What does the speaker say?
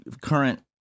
current